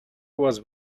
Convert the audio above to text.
was